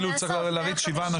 לוועד.